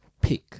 pick